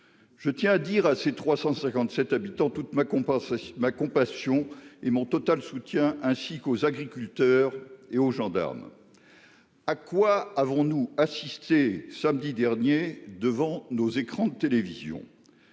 Je tiens à dire à ses 357 habitants. Toute ma compassion ma compassion et mon total soutien ainsi qu'aux agriculteurs et aux gendarmes. À quoi avons-nous assisté samedi dernier devant nos écrans de télévision.